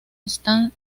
estancia